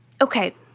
Okay